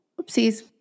Oopsies